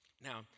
Now